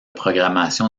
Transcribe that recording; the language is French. programmation